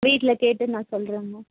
வீட்டில் கேட்டு நான் சொல்கிறேங்கம்மா